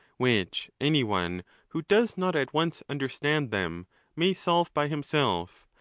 which any one who does not at once understand them may solve by himself,